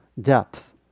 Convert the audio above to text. depth